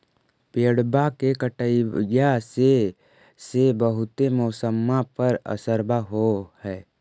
पेड़बा के कटईया से से बहुते मौसमा पर असरबा हो है?